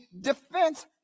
defense